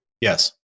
Yes